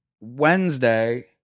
Wednesday